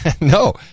no